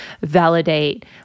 validate